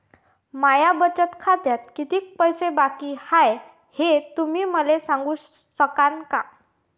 माया बचत खात्यात कितीक पैसे बाकी हाय, हे तुम्ही मले सांगू सकानं का?